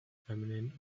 feminine